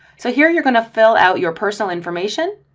so here you're going to fill out your personal information.